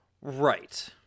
Right